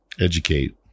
Educate